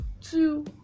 two